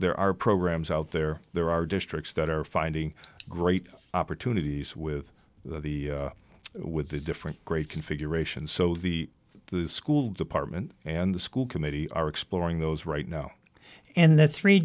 there are programs out there there are districts that are finding great opportunities with the with the different great configurations so the school department and the school committee are exploring those right now and that's three